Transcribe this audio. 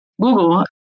Google